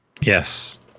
Yes